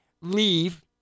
leave